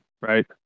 right